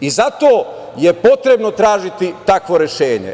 I zato je potrebno tražiti takvo rešenje.